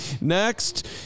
Next